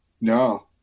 no